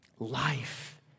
Life